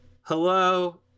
hello